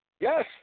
Yes